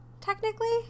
technically